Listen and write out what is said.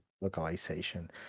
localization